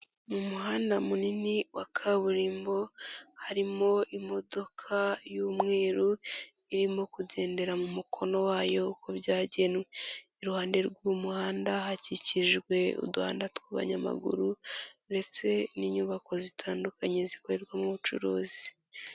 Mu muhanda munini wa kaburimbo, harimo imodoka y'umweru irimo kugendera mu mukono wayo uko byagenwe. Iruhande rw'uwo muhanda hakikijwe uduhanda tw'abanyamaguru ndetse n'inyubako zitandukanye zikorerwamo ubucuruzi.